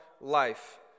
life